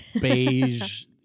beige